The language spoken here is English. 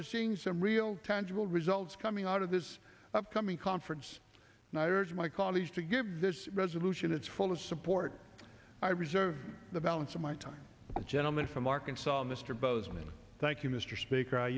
to seeing some real tangible results coming out of this upcoming conference and i urge my colleagues to give this resolution its fullest support i reserve the balance of my time gentleman from arkansas mr bozeman thank you mr speaker